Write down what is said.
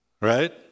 right